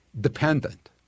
dependent